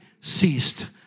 ceased